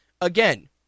again